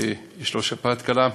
יש לו שפעת קלה.